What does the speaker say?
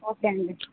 okay అండి